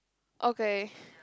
okay